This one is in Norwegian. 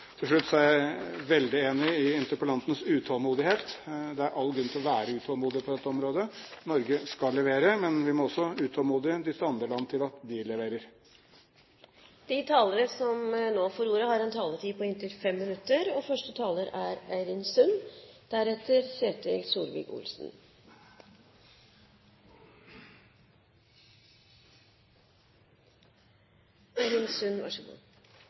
Til slutt: Jeg er veldig enig i interpellantens utålmodighet. Det er all grunn til å være utålmodig på dette området. Norge skal levere. Men vi må også utålmodig dytte andre land til å levere. Den rød-grønne regjeringen har gjennomført mange viktige og riktige tiltak i klimapolitikken. Utgangspunktet for regjeringens klimapolitikk er klimaforliket som alle partier her på